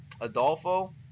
Adolfo